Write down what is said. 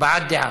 הבעת דעה.